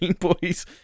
Boys